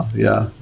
yeah.